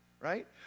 Right